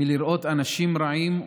לא מעניינים את הממשלה באמת